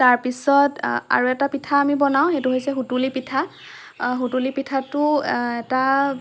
তাৰ পিছত আৰু এটা পিঠা আমি বনাওঁ সেইটো হৈছে সুতুলি পিঠা সুতুলি পিঠাটো এটা